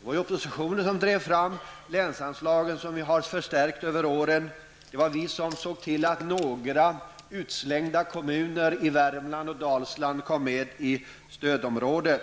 Det var oppositionen som förde fram de länsanslag som vi förstärkt över åren. Det var vi som såg till att några utslängda kommuner i Värmland och Dalsland kom med i stödområdet.